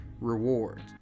rewards